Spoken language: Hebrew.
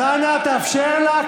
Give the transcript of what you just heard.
אז אנא תאפשר לה,